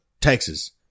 Texas